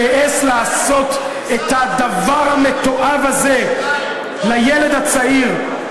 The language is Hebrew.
שהעז לעשות את הדבר המתועב הזה לילד הצעיר,